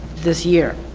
this year.